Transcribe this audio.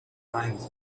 times